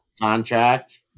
contract